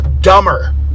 dumber